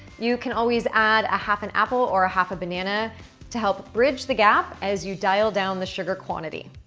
you can always add a half an apple or half a banana to help bridge the gap as you dial down the sugar quantity.